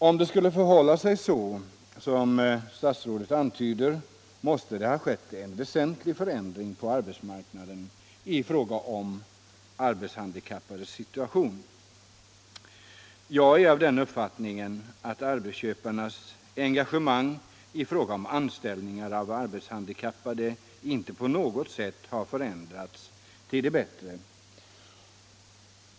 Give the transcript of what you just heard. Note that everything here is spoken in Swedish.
Om det skulle förhålla sig så som statsrådet antyder, måste det ha skett en väsentlig förändring på arbetsmarknaden i fråga om de arbetshandikappades situation. Jag är av den uppfattningen att arbetsköparnas engagemang i fråga om anställning av arbetshandikappade inte på något sätt har förändrats till det bättre.